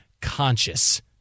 conscious